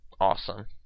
Awesome